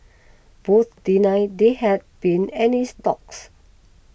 both denied they had been any talks